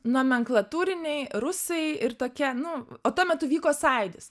nomenklatūriniai rusai ir tokie nu o tuo metu vyko sąjūdis